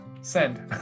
Send